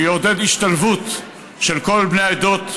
שיעודד השתלבות של כל בני העדות,